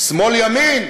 שמאל ימין.